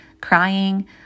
crying